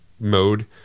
Mode